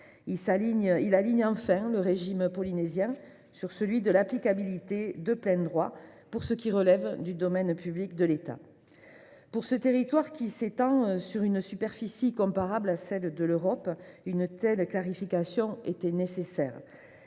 Il aligne enfin le régime polynésien sur celui de l’applicabilité de plein droit pour ce qui relève du domaine public de l’État. Pour ce territoire, qui s’étend sur une superficie comparable à celle de l’Europe, une telle clarification était nécessaire.